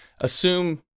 assume